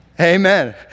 Amen